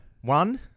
One